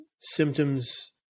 symptoms